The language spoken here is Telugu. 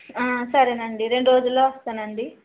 ఆ సరే అండి రెండు రోజుల్లో వస్తాను అండి